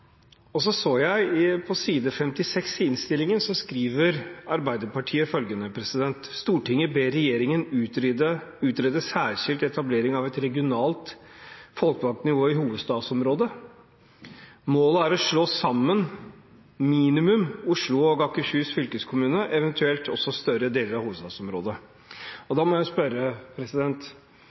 Og så har man også noen ganger prøvd å beskylde regjeringen for ikke å gjøre det. På side 56 i innstillingen skriver Arbeiderpartiet følgende: «Stortinget ber regjeringen utrede særskilt etablering av et regionalt folkevalgt nivå i hovedstadsområdet. Målet er å slå sammen minimum Oslo og Akershus fylkeskommune, eventuelt også større deler av hovedstadsområdet.»